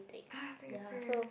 ah same same